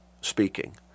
speaking